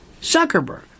Zuckerberg